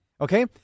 Okay